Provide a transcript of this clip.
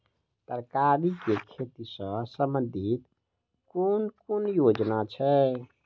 तरकारी केँ खेती सऽ संबंधित केँ कुन योजना छैक?